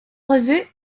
revues